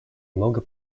много